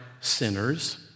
sinners